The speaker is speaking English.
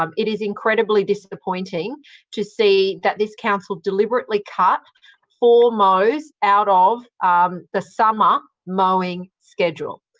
um it is incredibly disappointing to see that this council deliberately cut four mows out of the summer mowing schedule.